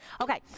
Okay